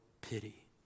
pity